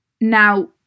Now